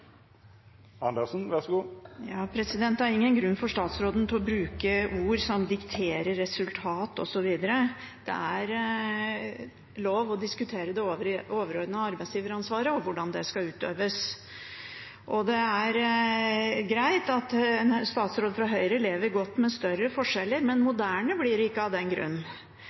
ingen grunn for statsråden til å bruke ord som å diktere resultat osv. Det er lov å diskutere det overordnede arbeidsgiveransvaret og hvordan det skal utøves, og det er greit at en statsråd fra Høyre lever godt med større forskjeller, men moderne blir det ikke av den